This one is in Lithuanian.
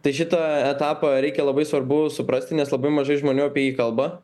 tai šitą etapą reikia labai svarbu suprasti nes labai mažai žmonių apie jį kalba